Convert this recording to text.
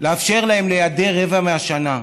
לאפשר להם להיעדר רבע מהשנה מהעבודה,